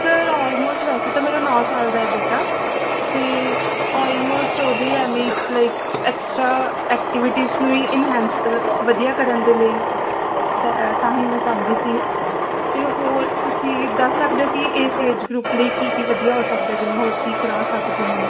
sir almost ਵੈਸੇ ਤਾਂ ਮੇਰਾ ਨੌ ਸਾਲ ਦਾ ਬੇਟਾ ਤੇ ਆਲਮੋਸਟ ਉਹਦੇ ਐਮੀ ਲਾਈਕ ਐਕਸਟਰਾ ਐਕਟੀਵਿਟੀਜ਼ ਨੂੰ ਹੀ ਇਨਹੈਂਸ ਵਧੀਆ ਕਰਨ ਦੇ ਲਈ ਤਾਂ ਹੀ ਮੈਂ ਚਾਹੁੰਦੀ ਸੀ ਤੇ ਹੋਰ ਤੁਸੀਂ ਦੱਸ ਸਕਦੇ ਹੋ ਕਿ ਇਸ ਏਜ ਗਰੁਪ ਲਈ ਕੀ ਕੀ ਵਧੀਆ ਹੋ ਸਕਦਾ ਜਿਵੇਂ ਹੋਰ ਕੀ ਕਰਾ ਸਕਦੀ ਆਂ